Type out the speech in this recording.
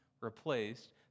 replaced